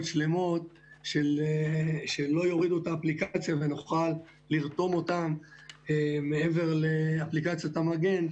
שלמות שלא יורידו את האפליקציה ונוכל לרתום אותן מעבר לאפליקציית המגן,